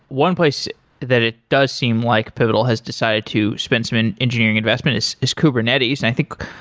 one place that it does seem like pivotal has decided to spend some and engineering investment is is kubernetes. and i think,